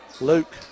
Luke